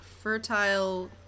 Fertile